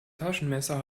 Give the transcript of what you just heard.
taschenmesser